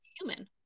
human